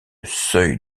seuil